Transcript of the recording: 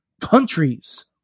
countries